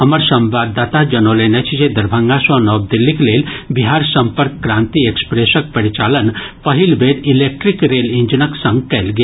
हमर संवाददाता जनौलनि अछि जे दरभंगा सँ नव दिल्लीक लेल बिहार सम्पर्क क्रांति एक्सप्रेसक परिचालन पहिल बेर इलेक्ट्रीक रेल इंजनक संग कयल गेल